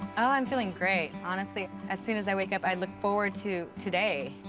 ah i'm feeling great. honestly, as soon as i wake up, i look forward to today.